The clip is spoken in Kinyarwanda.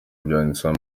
byanditseho